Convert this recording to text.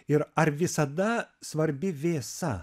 ir ar visada svarbi vėsa